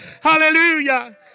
Hallelujah